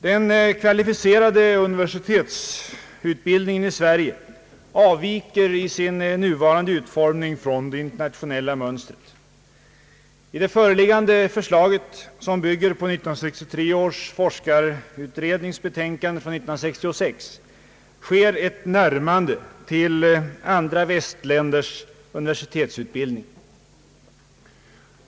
Den kvalificerade universitetsutbildningen i Sverige avviker i sin nuvarande utformning från det internationella mönstret. I det föreliggande förslaget, som bygger på 1963 års forskarutredningsbetänkande från 1966, sker ett när mande till andra västländers universitetsutbildning.